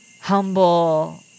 humble